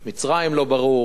מצרים, לא ברור,